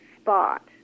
spot